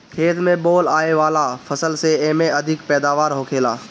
खेत में बोअल आए वाला फसल से एमे अधिक पैदावार होखेला